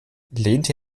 lehnte